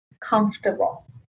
comfortable